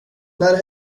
när